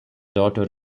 daughter